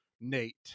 Nate